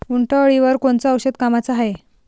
उंटअळीवर कोनचं औषध कामाचं हाये?